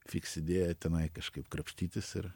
fiks idėja tenai kažkaip krapštytis ir